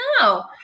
No